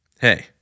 Hey